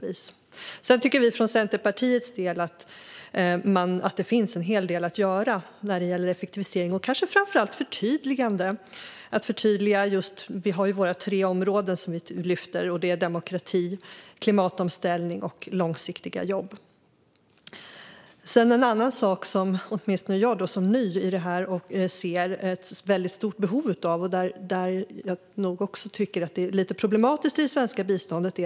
Vi i Centerpartiet tycker att det finns en hel del att göra när det gäller effektivisering och att förtydliga frågor om demokrati, klimatomställning och långsiktiga jobb. Jag som är ny här kan se ett stort behov av utbildning, vilket är problematiskt i det svenska biståndet.